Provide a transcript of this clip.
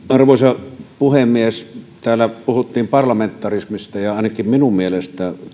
arvoisa puhemies täällä puhuttiin parlamentarismista ja ainakin minun mielestäni